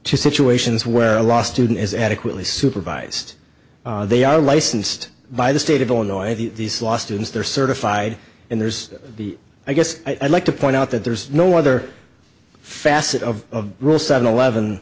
to situations where a law student is adequately supervise they are licensed by the state of illinois these lawsuits they're certified and there's the i guess i'd like to point out that there's no other facet of rule seven eleven